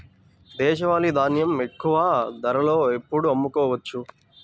దేశవాలి ధాన్యం ఎక్కువ ధరలో ఎప్పుడు అమ్ముకోవచ్చు?